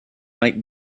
might